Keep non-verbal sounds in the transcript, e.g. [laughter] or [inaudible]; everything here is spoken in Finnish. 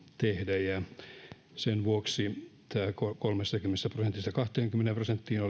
tehdä sen vuoksi tämä pudotus kolmestakymmenestä prosentista kahteenkymmeneen prosenttiin [unintelligible]